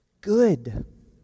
Good